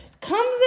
comes